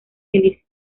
feliz